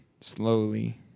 slowly